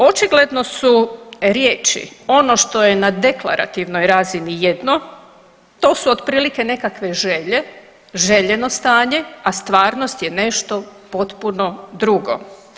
Očigledno su riječi ono što je na deklarativnoj razini jedno, to su otprilike nekakve želje, željeno stanje, a stvarnost je nešto potpuno drugo.